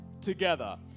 together